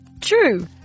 True